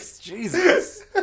Jesus